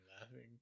laughing